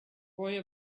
boy